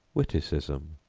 witticism,